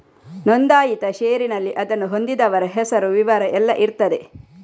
ನೋಂದಾಯಿತ ಷೇರಿನಲ್ಲಿ ಅದನ್ನು ಹೊಂದಿದವರ ಹೆಸರು, ವಿವರ ಎಲ್ಲ ಇರ್ತದೆ